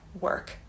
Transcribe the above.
work